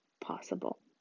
possible